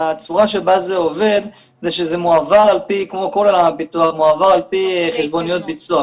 הצורה שבה זה עובד זה שזה מועבר על פי חשבוניות ביצוע.